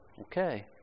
Okay